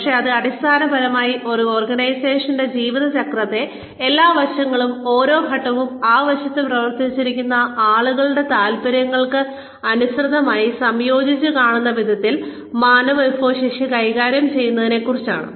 പക്ഷേ ഇത് അടിസ്ഥാനപരമായി ഒരു ഓർഗനൈസേഷന്റെ ജീവിത ചക്രത്തിലെ എല്ലാ വശങ്ങളും ഓരോ ഘട്ടവും ആ വശത്ത് പ്രവർത്തിക്കുന്ന ആളുകളുടെ താൽപ്പര്യങ്ങൾക്ക് അനുസൃതമായി സംയോജിച്ച് കാണുന്ന വിധത്തിൽ മാനവവിഭവശേഷി കൈകാര്യം ചെയ്യുന്നതിനെക്കുറിച്ചാണ്